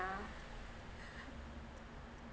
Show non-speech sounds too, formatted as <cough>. yeah <laughs>